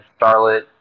Starlet